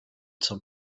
zum